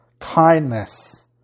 Kindness